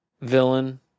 villain